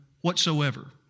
whatsoever